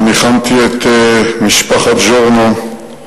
וניחמתי את משפחת ג'ורנו.